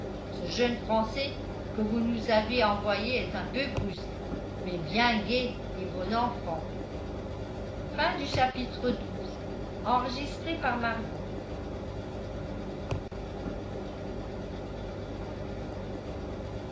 ce jeune français que vous nous avez envoyé est un peu brusque mais bien gai et bon enfant